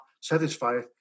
satisfied